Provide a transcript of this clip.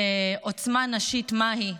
לעוצמה נשית מהי,